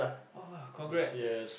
oh congrats